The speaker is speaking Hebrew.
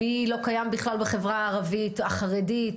מי לא קיים בכלל בחברה הערבית או החרדית.